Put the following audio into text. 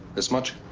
this much?